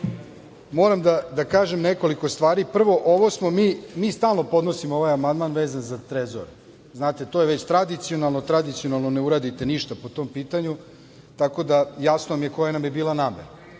moram da kažem nekoliko stvari. Prvo, ovo smo mi, mi stalno podnosimo ovaj amandman vezan za Trezor, znate to je već tradicionalno, tradicionalno ne uradite ništa po tom pitanju, tako da, jasno mi je koja nam je bila namera.